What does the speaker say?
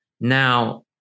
now